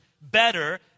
better